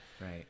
Right